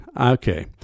Okay